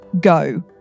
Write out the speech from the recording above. go